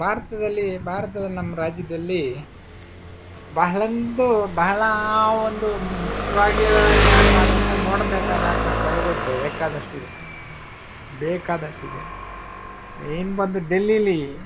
ಭಾರತದಲ್ಲಿ ಭಾರತದ ನಮ್ಮ ರಾಜ್ಯದಲ್ಲಿ ಬಹಳಂತೂ ಬಹಳ ಒಂದು ಮುಖ್ಯವಾಗಿರವೇಕವಾದಂತ ನೋಡಬೇಕಾದಂಥ ಸ್ಥಳಗಳು ಬೇಕಾದಷ್ಟಿದೆ ಬೇಕಾದಷ್ಟಿದೆ ಮೇನ್ ಬಂದು ಡೆಲ್ಲೀಲಿ